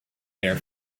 there